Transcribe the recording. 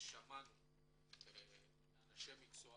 שמענו מאנשי המקצוע